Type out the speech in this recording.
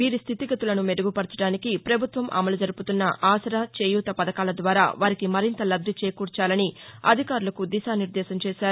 వీరి స్లితిగతులను మెరుగుపరచడానికి ప్రభుత్వం అమలు జరుపుతున్న ఆసరా చేయూత పథకాల ద్వారా వారికి మరింత లబ్ది చేకూర్చాలని అధికారులకు దిశానిర్దేశం చేశారు